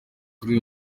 kuri